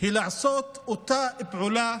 לעשות את אותה פעולה